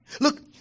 look